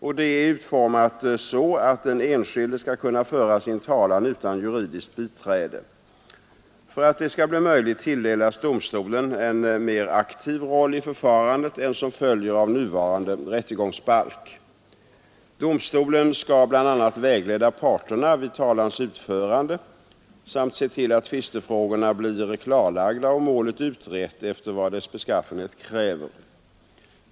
Det hela är utformat så att den enskilde skall kunna föra sin talan utan juridiskt biträde. För att detta skall bli möjligt tilldelas domstolen en mer aktiv roll i förfarandet än den har enligt nuvarande rättegångsbalk. Domstolen skall bland annat vägleda parterna vid talans utförande samt se till att tvistefrågorna blir klarlagda och målet utrett efter vad dess beskaffenhet kräver.